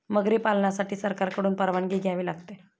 मगरी पालनासाठी सरकारकडून परवानगी घ्यावी लागते